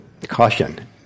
caution